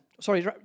sorry